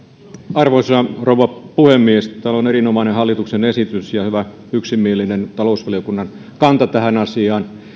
arvoisa rouva puhemies tämä on erinomainen hallituksen esitys ja hyvä yksimielinen talousvaliokunnan kanta tähän asiaan